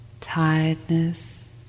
tiredness